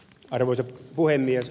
arvoisa puhemies